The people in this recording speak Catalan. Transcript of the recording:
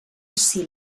ací